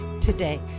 today